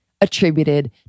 attributed